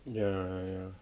ya ya